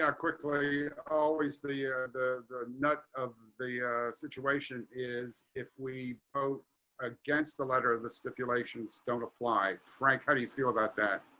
quickly always the yeah the nut of the ah situation is if we vote against the letter of the stipulations don't apply frank. how do you feel about that.